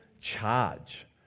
charge